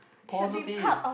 positive